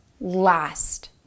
last